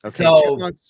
okay